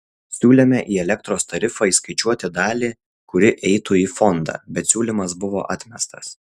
siūlėme į elektros tarifą įskaičiuoti dalį kuri eitų į fondą bet siūlymas buvo atmestas